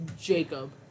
Jacob